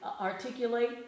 articulate